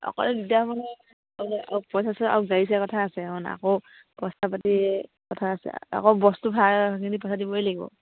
অকলে দিগদাৰ হ'ব নহয় আউ পইচা আউ গাড়ী চাড়ী কথা আছে অঁ আকৌ পাতি কথা আছে আকৌ বস্তু ভাল সেইখিনি পইচা দিবই লাগিব